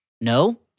No